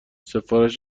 سفارش